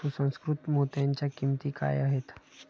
सुसंस्कृत मोत्यांच्या किंमती काय आहेत